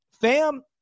fam